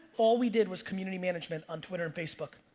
all we did was community management on twitter and facebook.